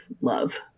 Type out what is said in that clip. love